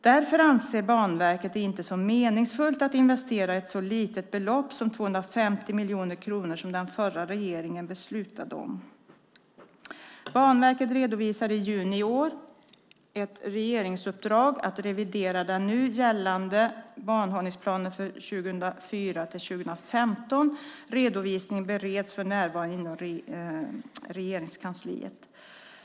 Därför anser Banverket det inte som meningsfullt att investera ett så litet belopp som 250 miljoner kronor som den förra regeringen beslutade om. Banverket redovisade i juni i år ett regeringsuppdrag att revidera den nu gällande banhållningsplanen för 2004-2015. Redovisningen bereds för närvarande inom Regeringskansliet.